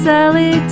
Sally